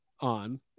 on